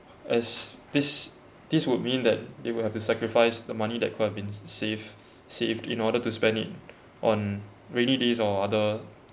as this this would mean that they will have to sacrifice the money that could have been saved saved in order to spend it on rainy days or other